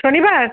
শনিবার